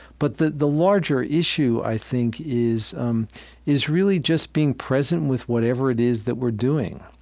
but the the larger issue, i think, is um is really just being present with whatever it is that we're doing.